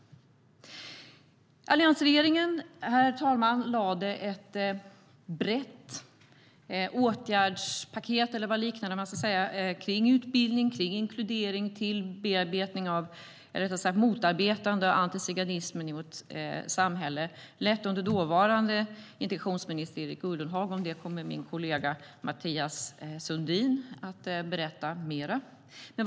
Alliansregeringen lade fram ett brett åtgärdspaket om utbildning, inkludering och motarbetande av antiziganismen i vårt samhälle under ledning av dåvarande integrationsminister Erik Ullenhag. Det kommer min kollega Mathias Sundin att berätta mer om.